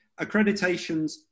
Accreditations